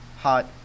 hot